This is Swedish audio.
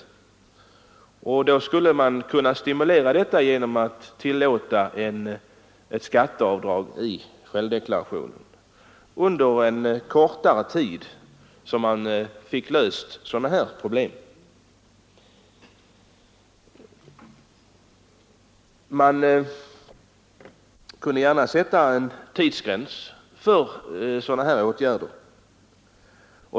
Då skulle de kunna stimuleras till det genom att de tillåts göra ett avdrag i självdeklarationen under en kortare tid. Man kunde gärna sätta en tidsgräns för dessa åtgärder.